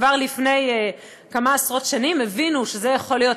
כבר לפני כמה עשרות שנים הבינו שזה יכול להיות